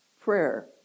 prayer